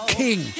king